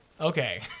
Okay